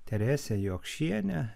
terese jokšiene